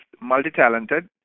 multi-talented